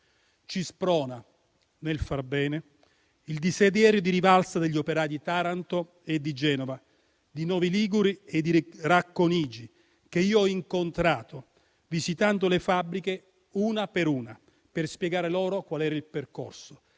Ci sprona, nel far bene, il desiderio di rivalsa degli operai di Taranto, di Genova di Novi Ligure e di Racconigi che io ho incontrato, visitando le fabbriche una per una, per spiegare loro qual era il percorso.